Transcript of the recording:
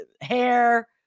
hair